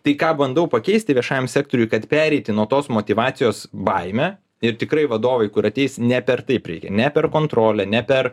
tai ką bandau pakeisti viešajam sektoriui kad pereiti nuo tos motyvacijos baimė ir tikrai vadovui kur ateis ne per taip reikia ne per kontrolę ne per